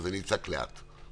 אז אני אצעק לאט.